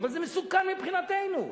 אבל זה מסוכן מבחינתנו.